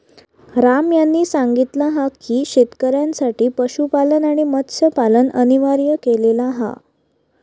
राम यांनी सांगितला हा की शेतकऱ्यांसाठी पशुपालन आणि मत्स्यपालन अनिवार्य केलेला हा